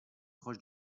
proche